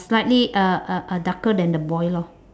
slightly uh uh uh darker than the boy lor